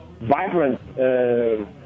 vibrant